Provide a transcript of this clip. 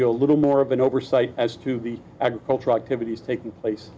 you a little more of an oversight as to the agricultural activities taking place